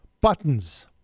buttons